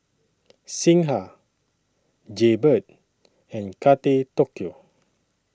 Singha Jaybird and Kate Tokyo